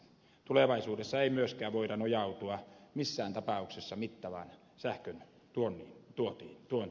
tulevaisuudessa ei myöskään voida nojautua missään tapauksessa mittavaan sähkön tuontiin